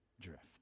drift